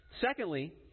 Secondly